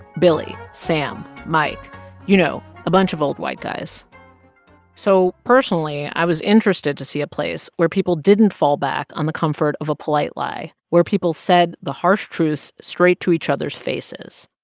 billy, sam, mike you know, a bunch of old white guys so personally, i was interested to see a place where people didn't fall back on the comfort of a polite lie, where people said the harsh truths straight to each other's faces.